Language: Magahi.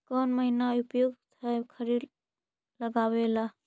कौन महीना उपयुकत है खरिफ लगावे ला?